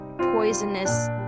poisonous